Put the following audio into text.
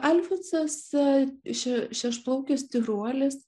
alfonsas šeš šešplaukis tyruolis